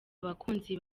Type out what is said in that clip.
abakunzi